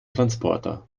transporter